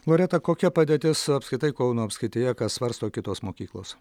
loreta kokia padėtis apskritai kauno apskrityje ką svarsto kitos mokyklos